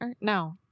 No